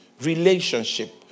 relationship